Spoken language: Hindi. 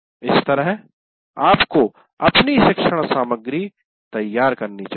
इस तरह आपको अपनी शिक्षण सामग्री तैयार करनी चाहिए